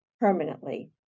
permanently